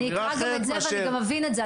אני אקרא גם את זה ואני גם אבין את זה,